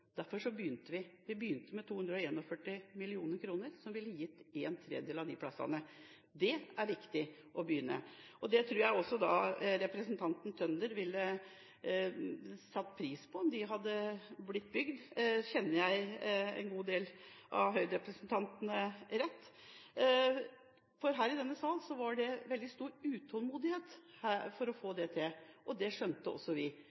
av de plassene. Det er viktig å begynne. Jeg tror også representanten Tønder ville satt pris på om de hadde blitt bygd, kjenner jeg en god del av Høyre-representantene rett. For her i denne sal var det en stor utålmodighet for å få det til. Det skjønte også vi.